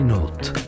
Note